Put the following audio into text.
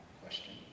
question